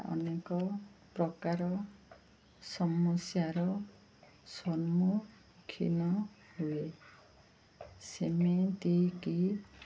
ଅନେକ ପ୍ରକାର ସମସ୍ୟାର ସମ୍ମୁଖୀନ ହୁଏ ସେମିତିକି